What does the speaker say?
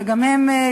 שגם הם,